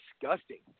disgusting